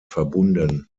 verbunden